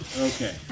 Okay